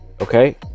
okay